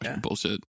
bullshit